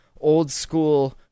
old-school